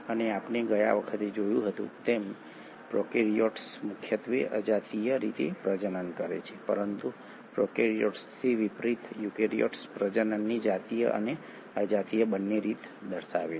અને આપણે ગયા વખતે જોયું હતું તેમ પ્રોકેરીયોટ્સ મુખ્યત્વે અજાતીય રીતે પ્રજનન કરે છે પરંતુ પ્રોકેરીયોટ્સથી વિપરીત યુકેરીયોટ્સ પ્રજનનની જાતીય અને અજાતીય બંને રીત દર્શાવે છે